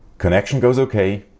connection goes ok,